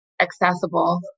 accessible